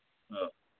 ꯑꯥ